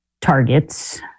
targets